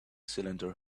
cylinder